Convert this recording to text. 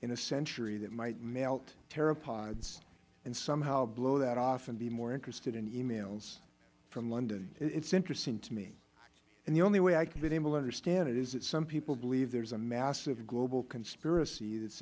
in a century that might melt pteropods and somehow blow that off and be more interested in e mails from london it is interesting to me and the only way i have been able to understand is it is that some people believe there is a massive global conspiracy that